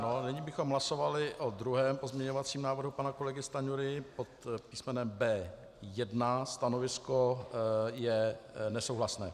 Nyní bychom hlasovali o druhém pozměňovacím návrhu pana kolegy Stanjury pod písmenem B1. Stanovisko je nesouhlasné.